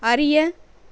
அறிய